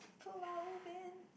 Pulau-Ubin